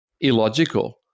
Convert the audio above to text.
illogical